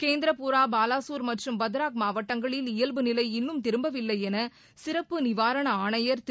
கேந்திரபுரா பலசூர் மற்றும் பாத்ராக் மாவட்டங்களில் இயல்புநிலை இன்னும் திரும்பவில்லை என சிறப்பு நிவாரண ஆணையர் திரு